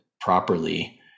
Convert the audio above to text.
properly